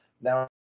now